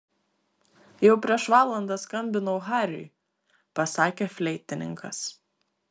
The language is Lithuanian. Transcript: jau prieš valandą skambinau hariui pasakė fleitininkas